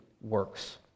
works